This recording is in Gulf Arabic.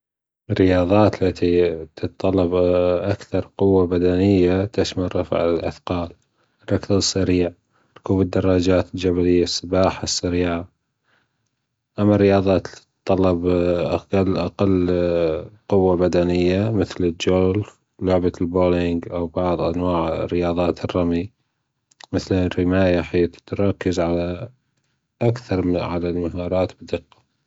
الرياضات التي تتطلب أكثر قوة بدنية تشمل رفع الاثقال سريع ركوب الدراجات السباحة السريعة أما الرياضات التى تتطلب أقل أقل قوة بدنية مثل الجولف لعبة البولانج أو بعض أنواع رياضات الرمى مثل الرماية حيث تركز على أكثر مهارات الدقة